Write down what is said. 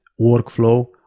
workflow